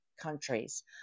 countries